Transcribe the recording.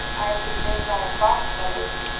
i presume by the fox brothers.